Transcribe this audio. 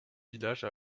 village